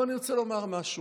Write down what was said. אבל אני רוצה לומר משהו.